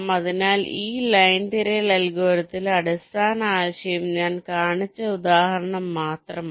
അതിനാൽ ഈ ലൈൻ തിരയൽ അൽഗോരിതത്തിലെ അടിസ്ഥാന ആശയം ഞാൻ കാണിച്ച ഉദാഹരണം മാത്രമാണ്